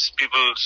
people